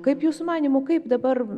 kaip jūsų manymu kaip dabar